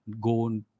go